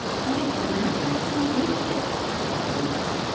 what is the matter who is this? said belinda.